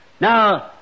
Now